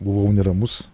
buvau neramus